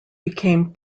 became